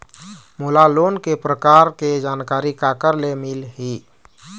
मोला लोन के प्रकार के जानकारी काकर ले मिल ही?